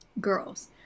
Girls